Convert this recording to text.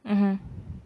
mmhmm